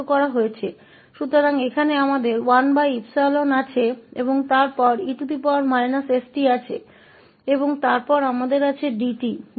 तो यहां हमारे पास 1𝜖 है और फिर e st है और फिर हमारे पास है